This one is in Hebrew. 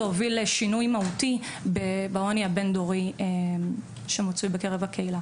על מנת להוביל לשינוי בעוני הבין דורי שמצוי בקרב הקהילה.